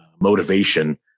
motivation